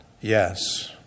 yes